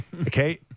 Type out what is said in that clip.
okay